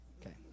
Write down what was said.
Okay